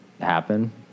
happen